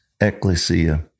ecclesia